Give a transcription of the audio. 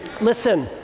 Listen